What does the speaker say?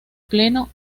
pleno